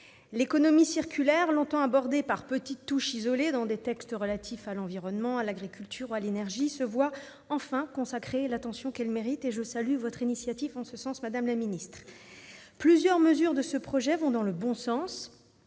L'économie circulaire, longtemps abordée par petites touches isolées dans des textes relatifs à l'environnement, à l'agriculture ou à l'énergie, se voit enfin consacrer l'attention qu'elle mérite et je salue votre initiative en ce sens, madame la secrétaire d'État. Plusieurs mesures de ce projet de loi vont dans le bon sens.